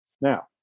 Now